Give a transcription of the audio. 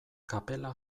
kapela